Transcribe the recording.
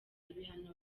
ibihano